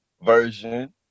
version